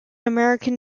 american